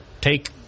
take